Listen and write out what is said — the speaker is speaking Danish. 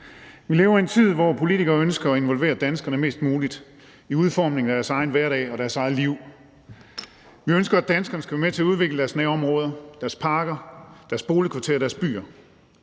Vi lever i en tid, hvor politikere ønsker at involvere danskerne mest muligt i udformningen af deres egen hverdag og deres eget liv. Vi ønsker, at danskerne skal være med til at udvikle deres nærområder, deres parker, deres boligkvarterer og deres byer.